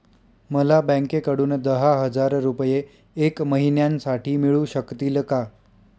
मला बँकेकडून दहा हजार रुपये एक महिन्यांसाठी मिळू शकतील का?